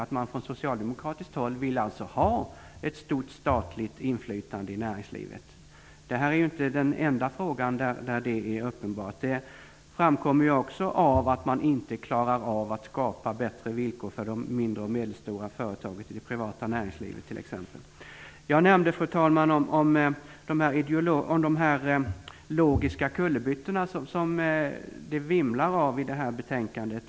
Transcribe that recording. Man vill från socialdemokratiskt håll ha ett stort statligt inflytande i näringslivet. Det är inte den enda frågan där det är uppenbart. Det framkommer också av att man inte klarar av att skapa bättre villkor för de mindre och medelstora företagen i det privata näringslivet, t.ex. Jag nämnde, fru talman, de logiska kullerbyttor som det vimlar av i betänkandet.